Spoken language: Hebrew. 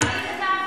אני כתבתי את זה.